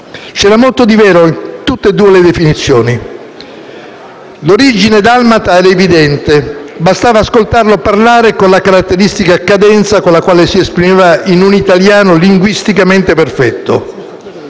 C'era molto di vero in tutte e due le definizioni. L'origine dalmata era evidente, bastava ascoltarlo parlare con la caratteristica cadenza con la quale si esprimeva in un italiano linguisticamente perfetto.